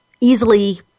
easily